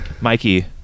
Mikey